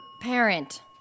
Parent